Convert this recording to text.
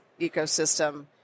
ecosystem